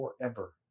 forever